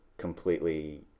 completely